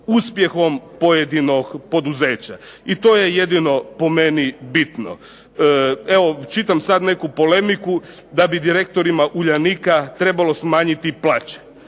uspjehom pojedinog poduzeća. I to je jedino po meni bitno. Evo čitam sad neku polemiku da bi direktorima "Uljanika" trebalo smanjiti plaće.